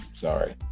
sorry